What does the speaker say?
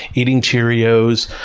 eating cheerios.